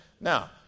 Now